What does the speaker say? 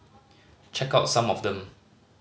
check out some of them